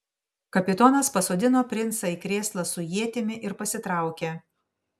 kapitonas pasodino princą į krėslą su ietimi ir pasitraukė